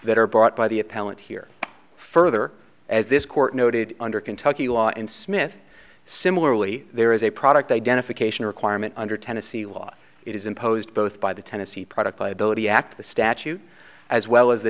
that are brought by the appellant here further as this court noted under kentucky law and smith similarly there is a product identification requirement under tennessee law it is imposed both by the tennessee product liability act the statute as well as the